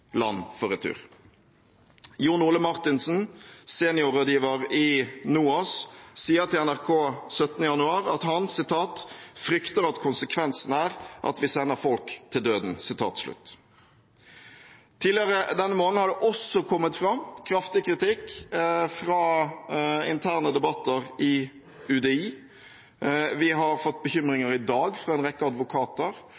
land for retur. Jon Ole Martinsen, seniorrådgiver i NOAS, sier til NRK 17. januar at han «frykter at konsekvensen er at vi sender folk til døden». Tidligere denne måneden har det også kommet fram kraftig kritikk fra interne debatter i UDI. Vi har fått